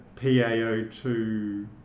PaO2